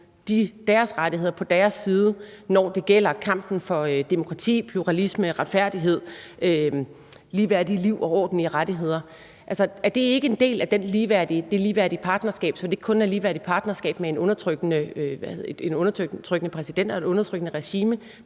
deres rettigheder, står på deres side, når det gælder kampen for demokrati, pluralisme, retfærdighed, ligeværdige liv og ordentlige rettigheder? Er det ikke en del af det ligeværdige partnerskab, så det ikke kun er et ligeværdigt partnerskab med en undertrykkende præsident og et undertrykkende regime,